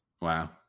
Wow